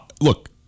look